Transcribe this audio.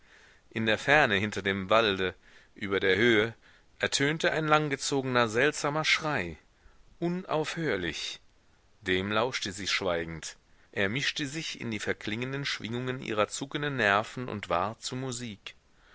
in der ferne hinter dem walde über der höhe ertönte ein langgezogener seltsamer schrei unaufhörlich dem lauschte sie schweigend er mischte sich in die verklingenden schwingungen ihrer zuckenden nerven und ward zu musik